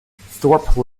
thorpe